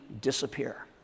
disappear